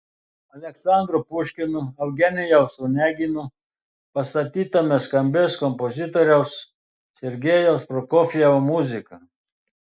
aleksandro puškino eugenijaus onegino pastatyme skambės kompozitoriaus sergejaus prokofjevo muzika